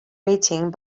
rating